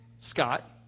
Scott